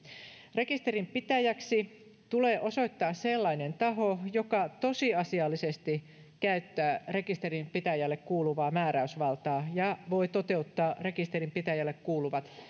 rekisterinpitäjäksi tulee osoittaa sellainen taho joka tosiasiallisesti käyttää rekisterinpitäjälle kuuluvaa määräysvaltaa ja voi toteuttaa rekisterinpitäjälle kuuluvat